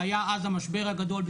שהיה אז המשבר הגדול,